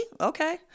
Okay